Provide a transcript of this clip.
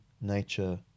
nature